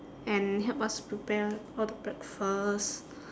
and help us prepare all the breakfast